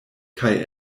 kaj